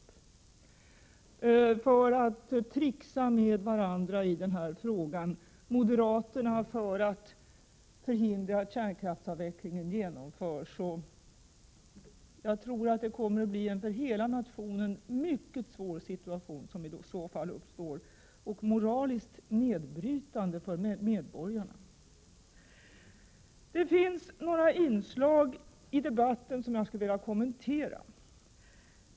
Ni kommer att börja tricksa med varandra i denna fråga — moderaterna för att förhindra att kärnkraftsavvecklingen genomförs — och det kommer att uppstå en för hela nationen mycket svår och för medborgarna moraliskt nedbrytande situation. Det är några inslag i debatten som jag skulle vilja kommentera.